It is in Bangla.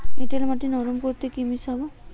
এঁটেল মাটি নরম করতে কি মিশাব?